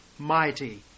mighty